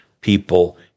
people